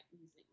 using